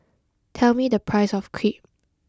tell me the price of Crepe